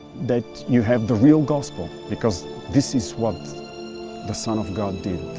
that you have the real gospel, because this is what the son of god did,